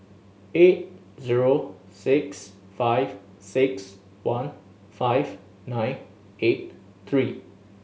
eight zero six five six one five nine eight three